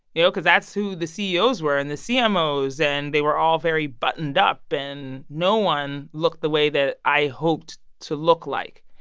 you know, because that's who the ceos were and the cmos. and they were all very buttoned up. and no one looked the way that i hoped to look like,